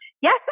Yes